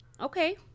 Okay